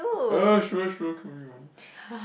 uh sure sure carry on